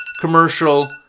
commercial